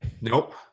Nope